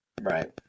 Right